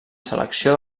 selecció